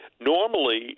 Normally